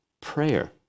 Prayer